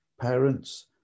parents